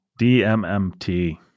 DMMT